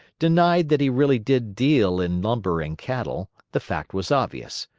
denied that he really did deal in lumber and cattle the fact was obvious.